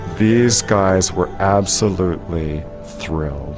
these guys were absolutely thrilled.